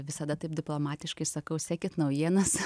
visada taip diplomatiškai sakau sekit naujienas